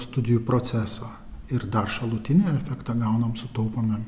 studijų proceso ir dar šalutinio efekto gauname sutaupome